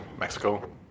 Mexico